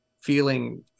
feeling